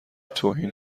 توهین